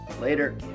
Later